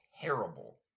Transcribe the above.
terrible